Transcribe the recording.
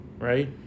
right